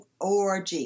ORG